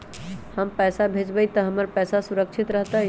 हम पैसा भेजबई तो हमर पैसा सुरक्षित रहतई?